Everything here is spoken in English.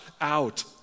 out